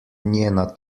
njena